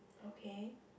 okay